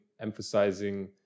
emphasizing